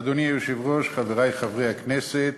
אדוני היושב-ראש, חברי חברי הכנסת,